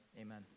amen